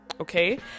okay